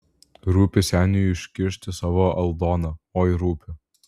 rūpi seniui iškišti savo aldoną oi rūpi